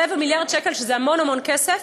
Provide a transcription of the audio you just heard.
רבע מיליארד שקל שזה המון כסף,